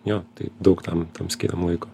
jo tai daug tam tam skiriam laiko